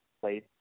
place